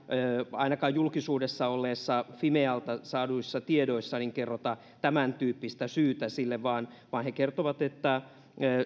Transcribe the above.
ainakaan julkisuudessa olleissa fimealta saaduissa tiedoissa kerrota tämäntyyppistä syytä sille vaan vaan he kertovat että